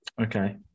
Okay